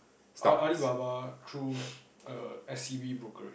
A~ Alibaba through err S_C_B brokerage